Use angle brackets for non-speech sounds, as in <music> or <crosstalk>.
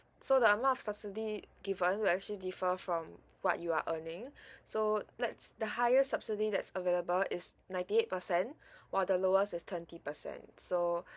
so the amount of subsidy given will actually differ from what you are earning <breath> so let's the highest subsidy that's available is ninety eight percent <breath> while the lowest is twenty percent so